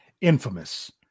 infamous